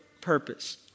purpose